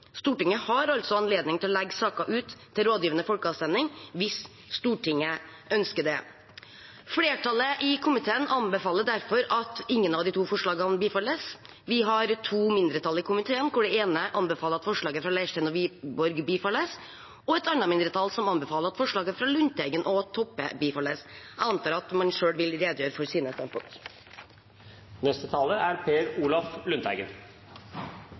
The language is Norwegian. Stortinget har altså anledning til å legge saker ut til rådgivende folkeavstemning hvis Stortinget ønsker det. Flertallet i komiteen anbefaler derfor at ingen av de to forslagene bifalles. Vi har to mindretall i komiteen – ett som anbefaler at forslaget fra Leirstein og Wiborg bifalles, og et annet som anbefaler at forslaget fra Lundteigen og Toppe bifalles. Jeg antar at man selv vil redegjøre for sine standpunkter. Forslaget vårt gjelder nytt andre ledd i § 49, om folkeavstemning. Forslaget er